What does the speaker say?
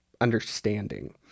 understanding